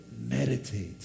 meditate